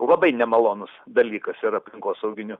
labai nemalonus dalykas ir aplinkosauginiu